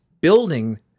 building